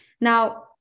now